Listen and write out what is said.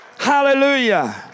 Hallelujah